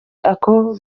ako